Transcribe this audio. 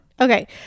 Okay